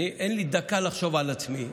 אין לי דקה לחשוב על עצמי.